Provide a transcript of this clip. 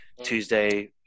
Tuesday